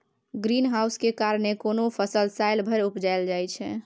green house केर कारणेँ कोनो फसल सालो भरि उपजाएल जाइ छै